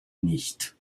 nicht